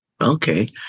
okay